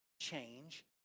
change